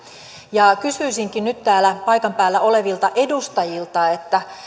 kysyisinkin nyt täällä paikan päällä olevilta edustajilta